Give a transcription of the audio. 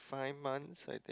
five months I think